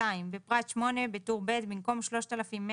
בפרט (8), בטור ב', במקום "3183"